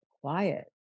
quiet